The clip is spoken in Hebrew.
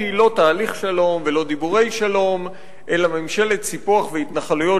כי לא תהליך שלום ולא דיבורי שלום אלא ממשלת סיפוח והתנחלויות,